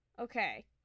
Okay